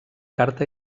carta